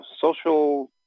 social